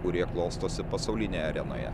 kurie klostosi pasaulinėje arenoje